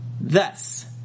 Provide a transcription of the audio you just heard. Thus